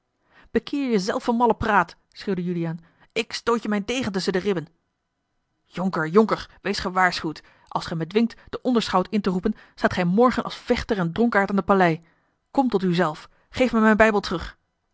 bekeer je zelf van malle praat schreeuwde juliaan of ik stoot je mijn degen tusschen de ribben jonker jonker wees gewaarschuwd als ge mij dwingt den onderschout in te roepen staat gij morgen als vechter en dronkaard aan de palei kom tot u zelf geef mij mijn bijbel terug